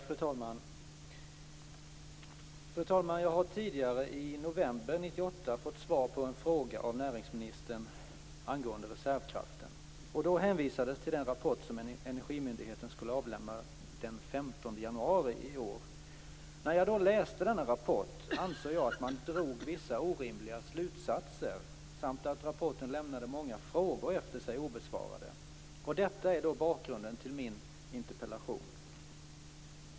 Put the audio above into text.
Fru talman! Jag har tidigare, i november 1998, fått svar på en fråga av näringsministern angående reservkraften. Då hänvisades till den rapport som Energimyndigheten skulle avlämna den 15 januari i år. När jag läste denna rapport ansåg jag att man drog vissa orimliga slutsatser samt att rapporten lämnade många frågor efter sig obesvarade. Detta är bakgrunden till min interpellation.